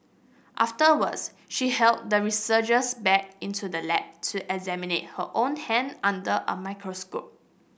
afterwards she hauled the researchers back into the lab to examine her own hand under a microscope